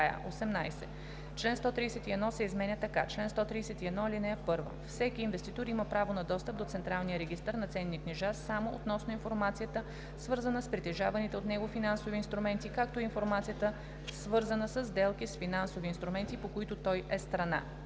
18. Член 131 се изменя така: „Чл. 131. (1) Всеки инвеститор има право на достъп до централния регистър на ценни книжа само относно информацията, свързана с притежаваните от него финансови инструменти, както и информацията, свързана със сделки с финансови инструменти, по които той е страна.“